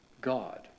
God